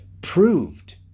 proved